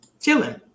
chilling